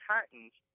Titans